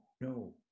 no